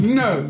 no